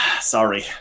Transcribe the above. sorry